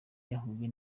yahuye